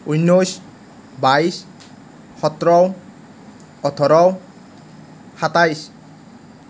ঊনৈছ বাইছ সোতৰ ওঠৰ সাতাইছ